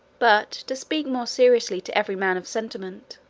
but, to speak more seriously to every man of sentiment,